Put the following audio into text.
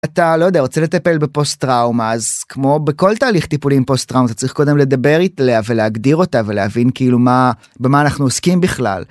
אתה לא יודע רוצה לטפל בפוסט טראומה אז כמו בכל תהליך טיפולי עם פוסט טראומה צריך קודם לדבר איתה ולהגדיר אותה ולהבין כאילו מה במה אנחנו עוסקים בכלל.